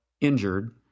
injured